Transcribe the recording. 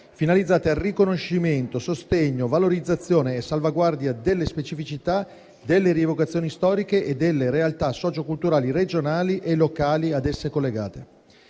finalizzate a riconoscimento, sostegno, valorizzazione e salvaguardia delle specificità delle rievocazioni storiche e delle realtà socioculturali regionali e locali ad esse collegate.